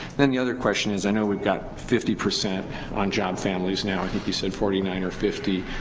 then the other question is i know we've got fifty percent on job families, now i think you said forty nine or fifty,